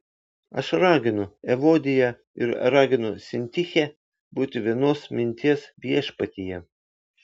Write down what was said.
aš raginu evodiją ir raginu sintichę būti vienos minties viešpatyje